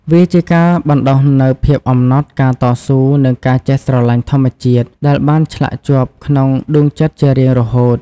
វាជាការបណ្ដុះនូវភាពអំណត់ ការតស៊ូ និងការចេះស្រឡាញ់ធម្មជាតិ ដែលបានឆ្លាក់ជាប់ក្នុងដួងចិត្តជារៀងរហូត។